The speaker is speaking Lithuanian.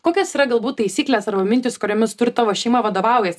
kokios yra galbūt taisyklės arba mintys kuriomis tu ir tavo šeima vadovaujasi